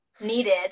needed